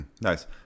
Nice